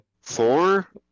Four